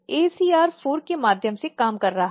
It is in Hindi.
तो CLAVATA40 ACR4 के माध्यम से काम कर रहा है